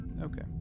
Okay